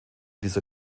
dieser